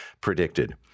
predicted